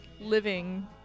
living